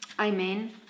Amen